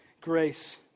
grace